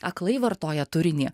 aklai vartoja turinį